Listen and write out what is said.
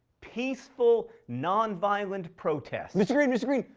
peaceful, non-violent protest. mr. green! mr. green!